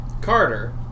Carter